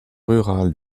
rurales